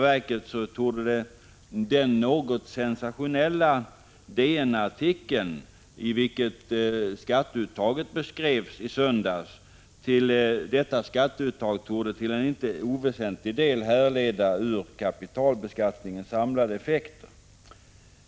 I en något sensationell DN-artikel i söndags beskrevs skatteuttaget, och detta skatteuttag torde till inte oväsentlig del kunna härledas ur kapitalbeskattningens samlade effekter.